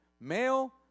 Male